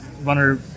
Runner